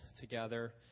together